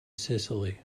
sicily